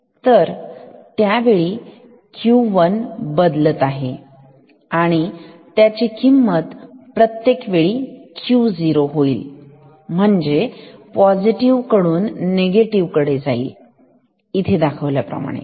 तरत्यावेळी Q1 बदलत आहे आणि त्याची किंमत प्रत्येक वेळी Q0 होईल म्हणजे पॉझिटिव्ह कडून नेगेटिव कडे जाईल इथे दाखवल्याप्रमाणे